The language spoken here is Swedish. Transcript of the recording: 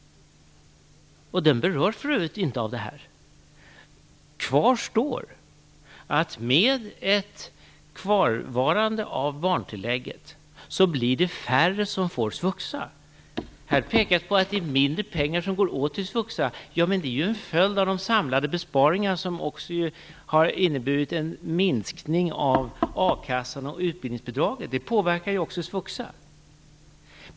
Den berörs för övrigt inte av det här. Faktum kvarstår: Med barntillägget blir det färre som får svuxa. Här pekas på att det går åt mindre pengar till svuxa. Men det är ju en följd av de samlade besparingar som också har inneburit en minskning av akassan och utbildningsbidraget. Det påverkar även svuxa.